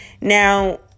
Now